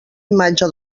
imatge